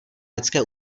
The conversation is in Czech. lidské